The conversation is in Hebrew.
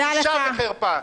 בושה וחרפה.